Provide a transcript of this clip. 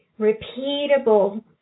repeatable